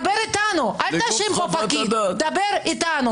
דבר איתנו.